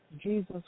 Jesus